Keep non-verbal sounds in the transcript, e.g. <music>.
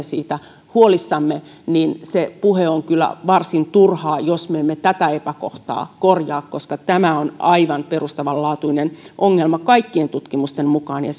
<unintelligible> siitä huolissamme se puhe on kyllä varsin turhaa jos me emme tätä epäkohtaa korjaa koska tämä on aivan perustavanlaatuinen ongelma kaikkien tutkimusten mukaan ja <unintelligible>